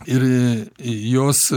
ir jos